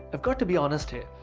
i've got to be honest here.